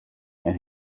and